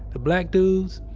the black dudes,